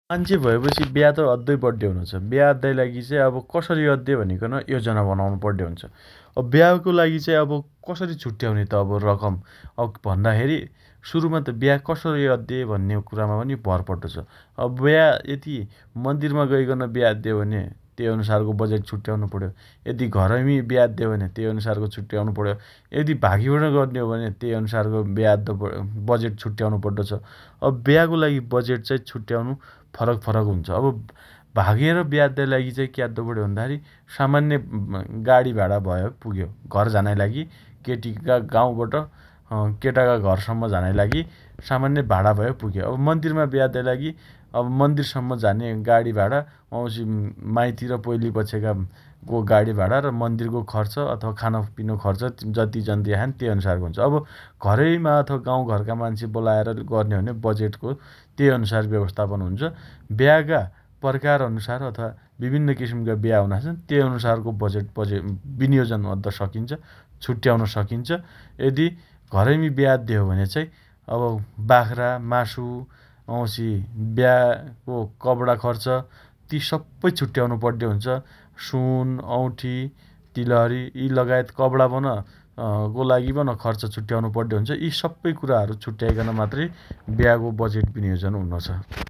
मान्छे भएपछि ब्या त अद्दोइ पड्डे हुनोछ । ब्या अद्दाइ लागि चाइ अब कसरी अद्दे भनिकन योजना बनाउनु पड्डे हुन्छ । अब ब्या को लागि चाइ अब कसरी छुट्याउने त अब रकम । अब भन्दा खेरी सुरुमा त ब्या कसरी अद्दे भन्ने कुरामा पनि भर पड्डो छ । अब ब्या यदि मन्दीरमा गइकन ब्या अद्दे हो भने तेइ अनुसारको बजेट छुट्याउनु पण्यो । यदि घरइमी ब्या अद्दे हो भने त्यो अनुसारको छुट्याउनु पण्यो । यदि भागीकन अद्दे हो भने तेइ अनुसारको ब्या अद्दो पण्यो । बजेट छुट्याउनु पड्डो छ । अब ब्याको लागि बजेट चाइ छुट्याउनु फरक फरक हुन्छ । अब भागेर ब्या अद्दाइ लागि चाइ क्याद्दो पण्यो भन्दाखेरी सामान्य गाडी भाणा भए पुग्यो । घर झानाइ लागि केटीका गाउँबट अँ केटाका घरसम्म झानाइ लागि सामान्य भाणा भए पुग्यो । अब मन्दीरमा ब्या अद्दाइ लागि अब मन्दीरसम्म झाने गाणी भाणा वाउँछि माइती र पोइली पक्षकाको गाडी भाणा र मन्दीरको खर्च अथवा खानोपिनोको खर्च जति जन्ति आया छन् तेइ अनुसारको हुनोछ । अब घरैमा अथवा गाउँघरका मान्छे बोलाएर गर्ने हो भने बजेटको तेइ अनुसारको व्यवस्थापन हुन्छ । ब्याका प्रकार अनुसार अथवा विभिन्न किसिमका ब्या हुना छन् । तेइ अनुसारको बजेट बजे विनियोजन अद्द सकिन्छ । छुट्याउन सकिन्छ । यदि घरैमी ब्या अद्दे हो भने चाइ अब बाख्रा मासु, वाउँछि ब्याको कपणा खर्च, ती सप्पै छुट्याउनु पड्डे हुन्छ । सुन औठी तीलहरी यी लगायत कपणा पन अँ को लागि पन खर्च छुट्याउनु पड्डे हुन्छ । यी सप्पै कुराहरु छुट्याइकन मात्रै ब्याको बजेट विनियोजन हुनोछ ।